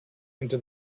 into